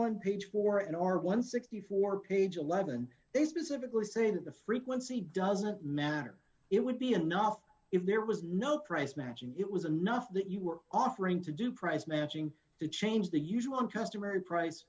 one page four in our one hundred and sixty four page eleven they specifically say that the frequency doesn't matter it would be enough if there was no price matching it was enough that you were offering to do price matching to change the usual and customary price